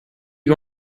you